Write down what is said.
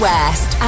West